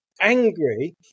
angry